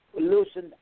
loosened